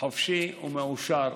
חופשי ומאושר.